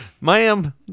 ma'am